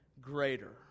greater